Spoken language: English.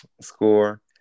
score